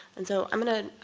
and so i'm going to